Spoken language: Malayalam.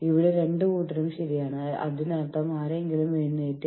ഇത് ലേബർ റിലേഷൻസ് തന്ത്രം എന്നാണ് അറിയപ്പെടുന്നത്